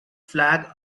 flag